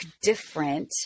different